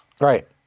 Right